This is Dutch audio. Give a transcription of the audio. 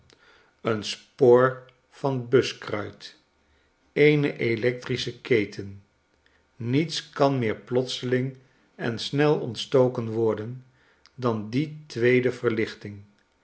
een spoor van buskruit eene electrische keten niets kan meer plotseling en snel ontstoken worden dan die tvveede verlichting